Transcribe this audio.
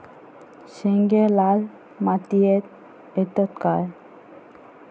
शेंगे लाल मातीयेत येतत काय?